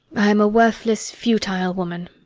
i am a worthless, futile woman.